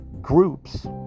groups